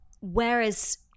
Whereas